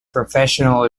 professional